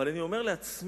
אבל אני אומר לעצמי,